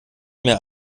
mehr